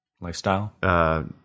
lifestyle